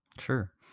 Sure